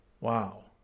Wow